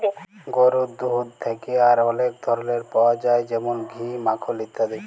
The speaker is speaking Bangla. গরুর দুহুদ থ্যাকে আর অলেক ধরলের পাউয়া যায় যেমল ঘি, মাখল ইত্যাদি